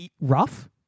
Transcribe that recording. Rough